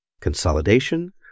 Consolidation